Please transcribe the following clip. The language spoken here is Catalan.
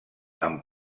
amb